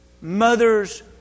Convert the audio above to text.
Mothers